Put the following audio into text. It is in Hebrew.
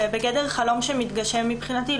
זה בגדר חלום שמתגשם מבחינתי,